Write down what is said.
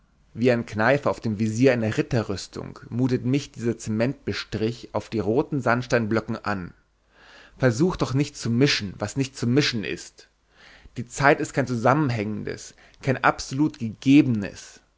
wie ein kneifer auf dem visier einer ritterrüstung mutet mich dieser cementbestrich auf den rohen sandsteinblöcken an versucht doch nicht zu mischen was nicht zu mischen ist die zeit ist kein zusammenhängendes kein absolut gegebenes